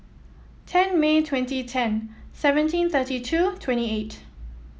ten May twenty ten seventeen thirty two twenty eight